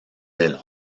del